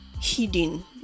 hidden